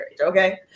Okay